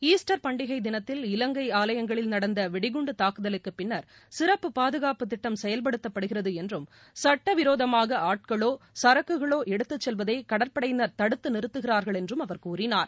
Easter பண்டிகை தினத்தில் இலங்கை ஆலயங்களில் நடந்த வெடிகுண்டு தாக்குதலுக்கு பின்னர் சிறப்பு பாதுகாப்பு திட்டம் செயல்படுத்தப்படுகிறது என்றும் சுட்ட விரோதமாக ஆட்களோ சரக்குகளோ எடுத்து செல்வதை கடற்படையினர் தடுத்து நிறுத்துகிறார்கள் என்றும் அவர் கூறினார்